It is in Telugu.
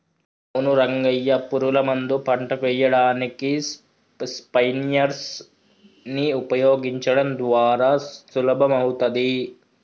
అవును రంగయ్య పురుగుల మందు పంటకు ఎయ్యడానికి స్ప్రయెర్స్ నీ ఉపయోగించడం ద్వారా సులభమవుతాది